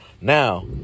now